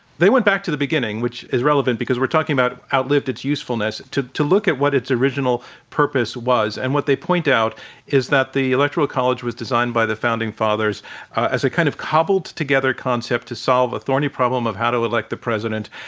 they went back to the beginning, which is relevant because we're talking about outlived its usefulness to to look at what its original purpose was. and what they point out is that the electoral college was designed by the founding fathers as a kind of cobbled together concept to solve a thorny problem of how to elect the president.